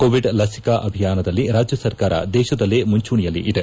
Covid ಲಸಿಕಾ ಅಭಿಯಾನದಲ್ಲಿ ರಾಜ್ಯ ಸರ್ಕಾರ ದೇಶದಲ್ಲೇ ಮುಂಚೂಣಿಯಲ್ಲಿದೆ